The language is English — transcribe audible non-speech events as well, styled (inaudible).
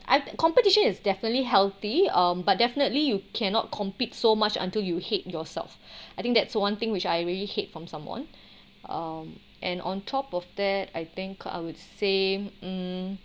I competition is definitely healthy um but definitely you cannot compete so much until you hate yourself (breath) I think that's one thing which I really hate from someone (breath) um and on top of that I think I would say mm